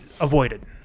avoided